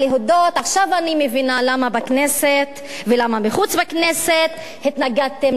עכשיו אני מבינה למה בכנסת ולמה מחוץ לכנסת התנגדתם למלה כיבוש.